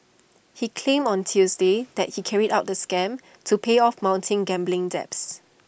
he claimed on Tuesday that he carried out the scam to pay off mounting gambling debts